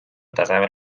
tasemel